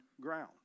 ground